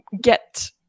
get